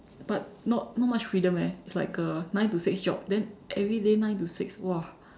but not not much freedom eh it's like a nine to six job then everyday nine to six !wah!